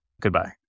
Goodbye